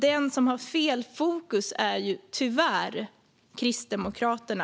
Den som har fel fokus är tyvärr Kristdemokraterna.